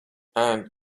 and